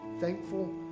thankful